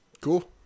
Cool